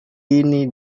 ini